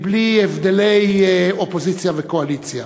בלי הבדלי אופוזיציה וקואליציה.